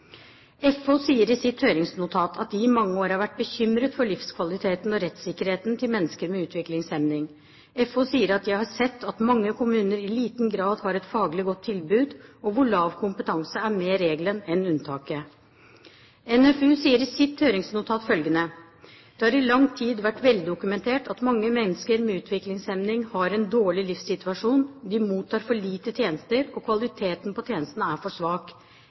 FO, sier i sitt høringsnotat at de i mange år har vært bekymret for livskvaliteten og rettssikkerheten til mennesker med utviklingshemning. FO sier at de har sett at mange kommuner i liten grad har et faglig godt tilbud – hvor lav kompetanse er mer regelen enn unntaket. Norsk Forbund for Utviklingshemmede sier i sitt høringsnotat følgende: «Det har i lang tid vært veldokumentert at mange mennesker med utviklingshemning har en for dårlig livssituasjon, de mottar for lite tjenester og kvaliteten på tjenestene er for svak.»